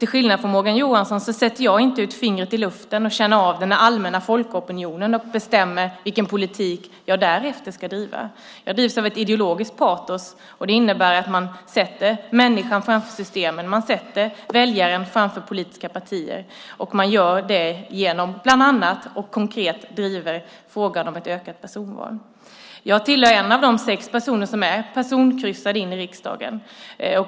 Till skillnad från Morgan Johansson sätter jag inte upp fingret i luften och känner av den allmänna folkopinionen för att sedan bestämma vilken politik jag därefter ska driva. Jag drivs av ett ideologiskt patos. Det innebär att man sätter människan framför systemen och väljaren framför politiska partier. Man gör det bland annat konkret genom att driva frågan om ett ökat personval. Jag tillhör en av de sex personer som är personkryssade in i riksdagen.